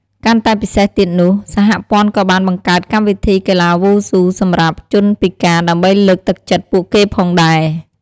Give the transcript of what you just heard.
កាន់តែពិសេសទៀតនោះ សហព័ន្ធក៏បានបង្កើតកម្មវិធីកីឡាវ៉ូស៊ូសម្រាប់ជនពិការដើម្បីលើកទឹកចិត្តពួកគេផងដែរ។